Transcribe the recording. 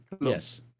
Yes